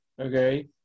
okay